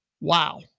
wow